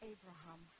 Abraham